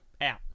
out